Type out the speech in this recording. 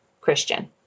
Christian